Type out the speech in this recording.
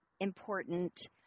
important